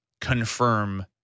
confirm